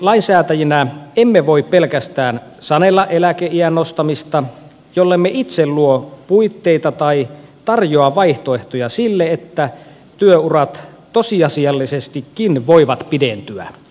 lainsäätäjinä emme voi pelkästään sanella eläkeiän nostamista jollemme itse luo puitteita tai tarjoa vaihtoehtoja sille että työurat tosiasiallisestikin voivat pidentyä